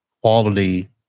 quality